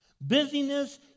Busyness